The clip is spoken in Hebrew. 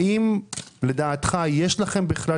האם לדעתך יש לכם בכלל